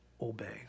obey